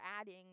adding